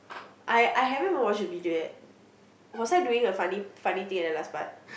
I I haven't watch the video yet was I doing a funny funny thing at the last part